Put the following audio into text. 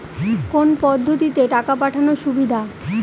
কোন পদ্ধতিতে টাকা পাঠানো সুবিধা?